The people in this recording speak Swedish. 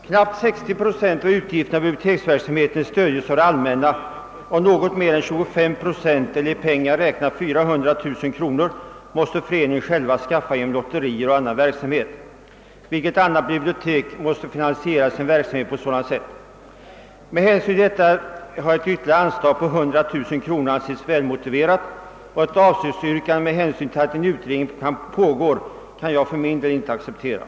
Knappt 60 procent av utgifterna för biblioteksverksamheten stödjes av det allmänna, och något mer än 25 procent, eller i pengar räknat 400 000 kronor, måste föreningen själv skaffa genom litterär och annan verksamhet. Vilket annat bibliotek måste finansiera sin verksamhet på ett sådant sätt? Med hänsyn till detta är ett ytterligare anslag på 100 000 kronor mycket välmotiverat. Ett avslagsyrkande med hänsyn till att en utredning pågår kan jag för min del inte acceptera.